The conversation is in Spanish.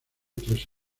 tres